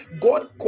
god